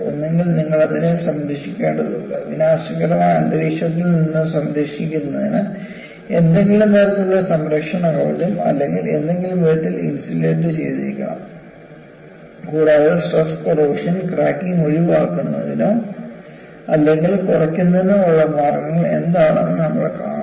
ഒന്നുകിൽ നിങ്ങൾ അതിനെ സംരക്ഷിക്കേണ്ടതുണ്ട് വിനാശകരമായ അന്തരീക്ഷത്തിൽ നിന്നും സംരക്ഷിക്കുന്നതിന് ഏതെങ്കിലും തരത്തിലുള്ള സംരക്ഷണ കവചം അല്ലെങ്കിൽ ഏതെങ്കിലും വിധത്തിൽ ഇൻസുലേറ്റ് ചെയ്തിരിക്കണം കൂടാതെ സ്ട്രെസ് കോറോഷൻ ക്രാക്കിംഗ് ഒഴിവാക്കുന്നതിനോ അല്ലെങ്കിൽ കുറയ്ക്കുന്നതിനോ ഉള്ള മാർഗ്ഗങ്ങൾ എന്താണെന്നും നമ്മൾ കാണും